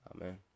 Amen